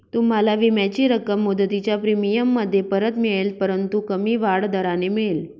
तुम्हाला विम्याची रक्कम मुदतीच्या प्रीमियममध्ये परत मिळेल परंतु कमी वाढ दराने मिळेल